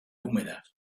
húmedas